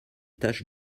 tâches